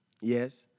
Yes